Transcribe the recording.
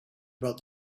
about